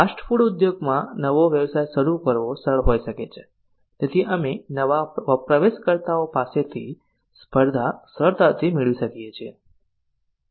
fast food ઉદ્યોગમાં નવો વ્યવસાય શરૂ કરવો સરળ હોઈ શકે છે તેથી અમે નવા પ્રવેશકર્તાઓ પાસેથી સ્પર્ધા સરળતાથી મેળવી શકીએ છીએ